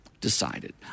decided